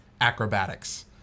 acrobatics